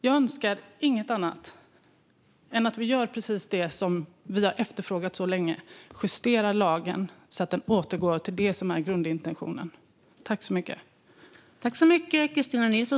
Jag önskar ingenting annat än att vi gör precis det som vi har efterfrågat så länge, det vill säga se till att lagen justeras så att den återgår till det som är grundintentionen.